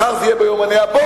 מחר זה יהיה ביומני הבוקר,